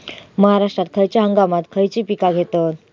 महाराष्ट्रात खयच्या हंगामांत खयची पीका घेतत?